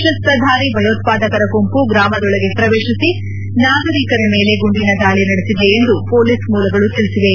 ಶಸ್ತಧಾರಿ ಭಯೋತ್ಪಾದಕರ ಗುಂಪು ಗ್ರಾಮದೊಳಗೆ ಪ್ರವೇಶಿಸಿ ಮುಗ್ದ ನಾಗರಿಕರ ಮೇಲೆ ಗುಂಡಿನ ದಾಳಿ ನಡೆಸಿದೆ ಎಂದು ಪೊಲೀಸ್ ಮೂಲಗಳು ತಿಳಿಸಿವೆ